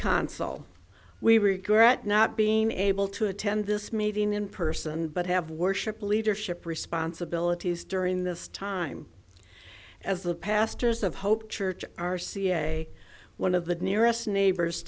consul we regret not being able to attend this meeting in person but have worship leadership responsibilities during this time as the pastors of hope church are ca one of the nearest neighbors